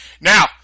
Now